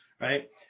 Right